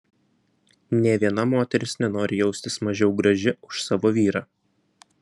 nė viena moteris nenori jaustis mažiau graži už savo vyrą